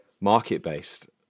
market-based